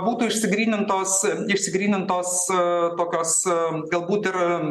būtų išsigrynintos išsigrynintos tokios galbūt ir